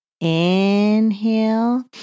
inhale